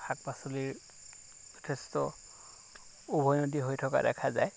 শাক পাচলিৰ যথেষ্ট উভৈনদী হৈ থকা দেখা যায়